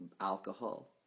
alcohol